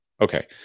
Okay